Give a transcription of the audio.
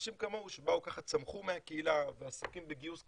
ואנשים כמוהו שצמחו מהקהילה ועסוקים בגיוס כספים,